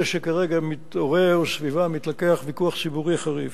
אלה שכרגע מתעורר סביבם ויכוח ציבורי חריף,